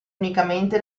unicamente